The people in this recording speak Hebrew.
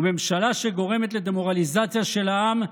וממשלה שגורמת לדה-מורליזציה של העם,